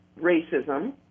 racism